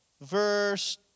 verse